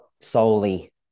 solely